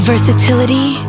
versatility